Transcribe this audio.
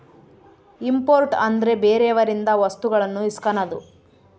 import ಅಂದ್ರೆ ಬೇರೆಯವರಿಂದ ವಸ್ತುಗಳನ್ನು ಇಸ್ಕನದು